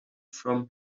from